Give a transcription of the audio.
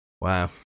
Wow